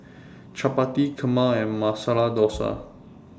Chapati Kheema and Masala Dosa